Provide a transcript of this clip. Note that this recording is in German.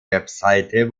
webseite